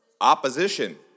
Opposition